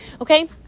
okay